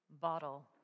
bottle